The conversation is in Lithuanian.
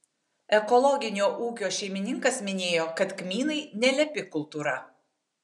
ekologinio ūkio šeimininkas minėjo kad kmynai nelepi kultūra